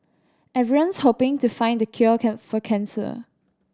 everyone's hoping to find the cure can for cancer